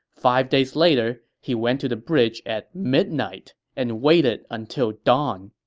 five days later, he went to the bridge at midnight and waited until dawn.